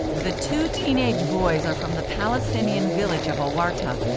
the two teenage boys are from the palestinian village of awarta,